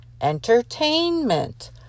entertainment